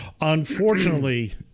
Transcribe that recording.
unfortunately